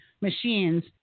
machines